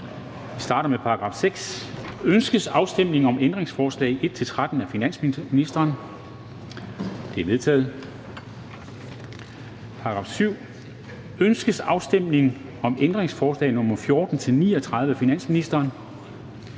Udenrigsministeriet. Ønskes afstemning om ændringsforslag nr. 1-13 af finansministeren? De er vedtaget. Til § 7. Finansministeriet. Ønskes afstemning om ændringsforslag nr. 14-39 af finansministeren?